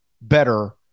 better